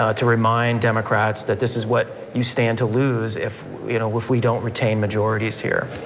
ah to remind democrats that this is what you stand to lose if you know if we don't retain majorities here.